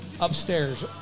upstairs